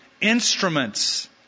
instruments